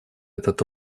этот